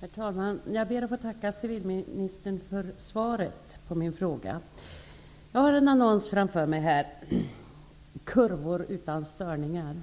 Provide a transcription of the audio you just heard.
Herr talman! Jag ber att få tacka civilministern för svaret på min fråga. Jag har en annons framför mig. ''Kurvor utan störningar.''